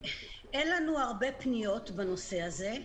אין לנו הרבה פניות בנושא הזה,